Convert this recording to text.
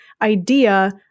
Idea